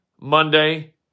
Monday